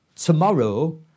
tomorrow